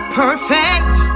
perfect